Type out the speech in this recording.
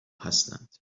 هستند